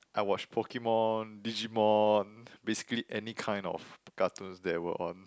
I watched Pokemon Digimon basically any kind of cartoons that were on